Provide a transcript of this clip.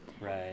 Right